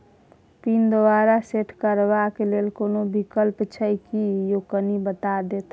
Pin दोबारा set करबा के लेल कोनो विकल्प छै की यो कनी बता देत?